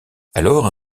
alors